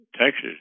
Texas